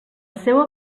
seua